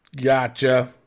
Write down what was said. Gotcha